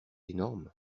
énorme